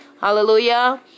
Hallelujah